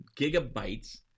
gigabytes